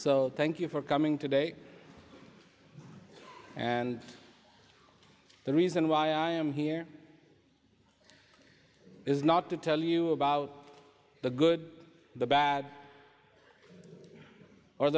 so thank you for coming today and the reason why i am here is not to tell you about the good the bad or